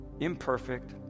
imperfect